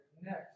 next